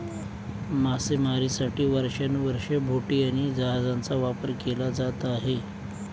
मासेमारीसाठी वर्षानुवर्षे बोटी आणि जहाजांचा वापर केला जात आहे